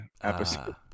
episode